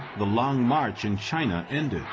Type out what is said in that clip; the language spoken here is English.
the long march in china ended.